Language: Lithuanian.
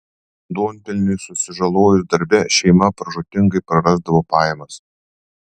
duonpelniui susižalojus darbe šeima pražūtingai prarasdavo pajamas